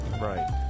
Right